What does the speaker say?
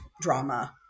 drama